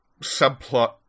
subplot